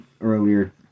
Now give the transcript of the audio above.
earlier